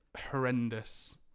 Horrendous